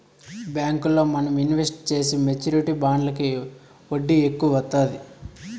బ్యాంకుల్లో మనం ఇన్వెస్ట్ చేసే మెచ్యూరిటీ బాండ్లకి వడ్డీ ఎక్కువ వత్తాది